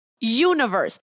universe